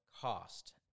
cost